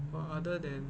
uh other than